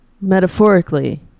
Metaphorically